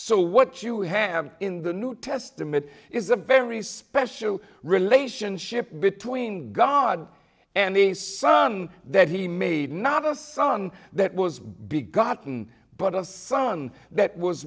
so what you have in the new testament is a very special relationship between god and the son that he made not a son that was big gotten but a son that was